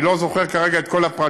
אני לא זוכר כרגע את כל הפרטים.